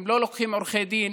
הם לא לוקחים עורכי דין,